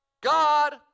God